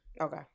Okay